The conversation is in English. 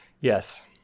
Yes